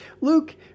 Luke